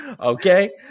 Okay